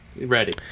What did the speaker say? ready